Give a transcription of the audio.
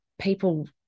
people